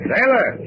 Sailor